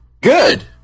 good